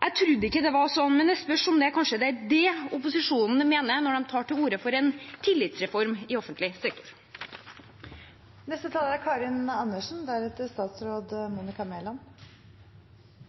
Jeg trodde ikke det var slik, men det spørs om det kanskje er det opposisjonen mener når de tar til orde for en tillitsreform i offentlig sektor. Jeg er